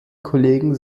kollegen